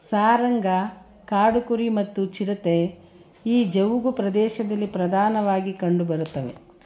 ಸಾರಂಗ ಕಾಡು ಕುರಿ ಮತ್ತು ಚಿರತೆ ಈ ಜವುಗು ಪ್ರದೇಶದಲ್ಲಿ ಪ್ರಧಾನವಾಗಿ ಕಂಡುಬರುತ್ತವೆ